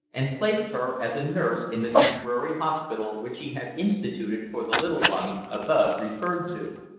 and placed her as a nurse in the temporary hospital which he had instituted for the little ones above referred to.